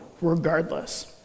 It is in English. regardless